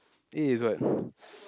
eight is what